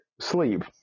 sleep